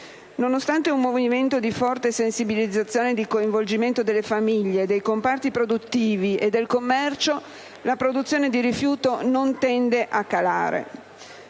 Nonostante un movimento di forte sensibilizzazione e di coinvolgimento delle famiglie, dei comparti produttivi e del commercio, la produzione del rifiuto non tende a calare.